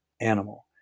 animal